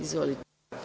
Izvolite.